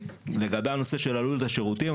לגבי הנושא של עלות השירותים,